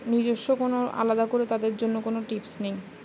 নিজস্ব কোনো আলাদা করে তাদের জন্য কোনো টিপস নেই